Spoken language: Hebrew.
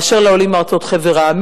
באשר לעולים מחבר-המדינות,